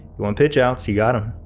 go on pitch outs, you got em.